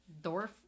dorf